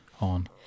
on